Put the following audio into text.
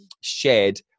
shared